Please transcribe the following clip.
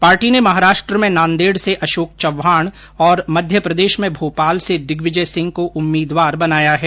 party ने महाराष्ट्र में नांदेड से अशोक चव्हाण और मध्यप्रदेश में भोपाल से दिग्विजय सिंह को उम्मीदवार बनाया है